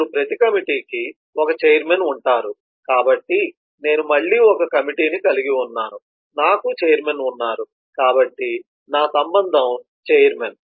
అప్పుడు ప్రతి కమిటీకి ఒక ఛైర్మన్ ఉంటారు కాబట్టి నేను మళ్ళీ ఒక కమిటీని కలిగి ఉన్నాను నాకు చైర్మన్ ఉన్నారు కాబట్టి నా సంబంధం చైర్మన్